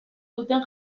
duten